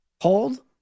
hold